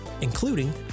including